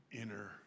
inner